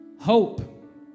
Hope